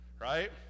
Right